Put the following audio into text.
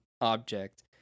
object